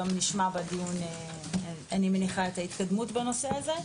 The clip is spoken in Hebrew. והיום נשמע בדיון את ההתקדמות בנושא הזה.